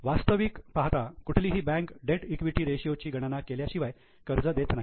वास्तविक पाहता कुठलीही बँक डेट ईक्विटी रेशियो ची गणना केल्याशिवाय कर्ज देत नाही